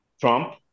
Trump